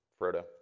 Frodo